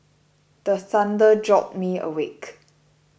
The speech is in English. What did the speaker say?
the thunder jolt me awake